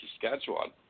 Saskatchewan